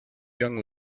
young